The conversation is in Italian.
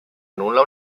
nulla